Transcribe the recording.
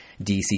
DC